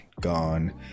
gone